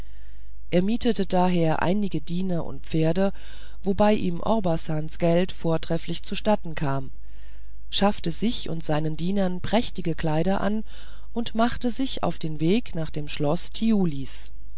er mietete daher einige diener und pferde wobei ihm orbasans geld trefflich zustatten kam schaffte sich und seinen dienern prächtige kleider an und machte sich auf den weg nach dem schlosse